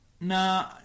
Nah